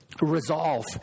Resolve